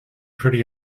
pretty